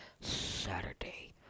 Saturday